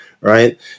Right